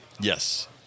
Yes